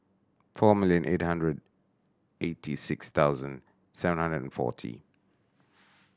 four million eight hundred eighty six thousand seven hundred and forty